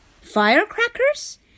Firecrackers